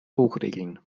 hochregeln